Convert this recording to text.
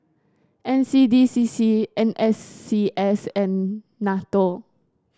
N C D C C N S C S and NATO